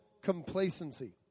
complacency